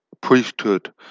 priesthood